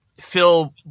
Phil